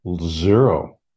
zero